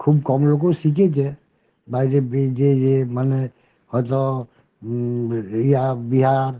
খুব কম লোকও শিখেছে বাইরে বে গিয়ে গিয়ে মানে হয় তো উড়িয়া বিহার